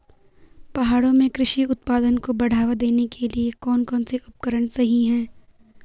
पहाड़ों में कृषि उत्पादन को बढ़ावा देने के लिए कौन कौन से उपकरण सही हैं?